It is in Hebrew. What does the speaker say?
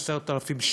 8,000 10,000 שקלים